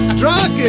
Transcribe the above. drunk